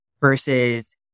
versus